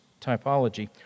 typology